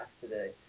today